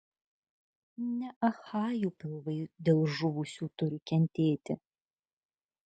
ne achajų pilvai dėl žuvusių turi kentėti